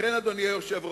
לכן, אדוני היושב-ראש,